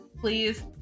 please